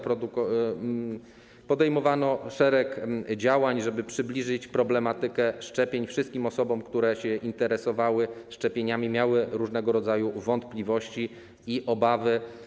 Podejmowano szereg działań, żeby przybliżyć problematykę szczepień wszystkim osobom, które interesowały się szczepieniami, miały różnego rodzaju wątpliwości i obawy.